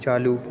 چالو